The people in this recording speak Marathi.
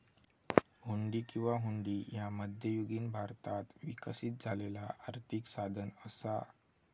हुंडी किंवा हुंडी ह्या मध्ययुगीन भारतात विकसित झालेला आर्थिक साधन असा